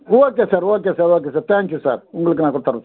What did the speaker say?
okay sir okay sir okay sir thank you sir உங்களுக்கு நான் கொடுத்தர்றேன் சார்